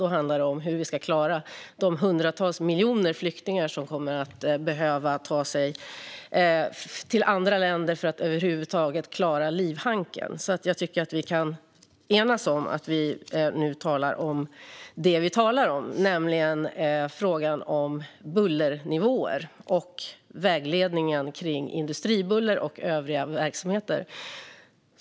Då handlar det om hur man ska klara de hundratals miljoner flyktingar som kommer att behöva ta sig till andra länder för att över huvud taget klara livhanken. Jag tycker att vi kan enas om att vi nu ska tala om det som vi ska, nämligen frågan om bullernivåer och vägledningen kring industribuller och övriga verksamheter.